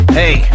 hey